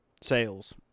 sales